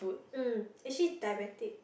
mm is she diabetic